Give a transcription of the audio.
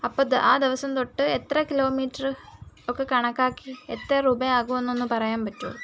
അപ്പോള് ആ ദേവസം തൊട്ട് എത്ര കിലോമീറ്റർ ഒക്കെ കണക്കാക്കി എത്ര രൂപയാകുമെന്ന് ഒന്ന് പറയാൻ പറ്റുമോ